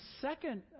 second